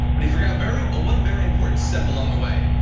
but he forgot very well one very important step along the way,